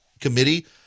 Committee